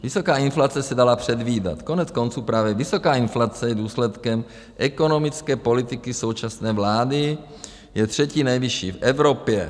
Vysoká inflace se dala předvídat, koneckonců právě vysoká inflace je důsledkem ekonomické politiky současné vlády třetí nejvyšší v Evropě.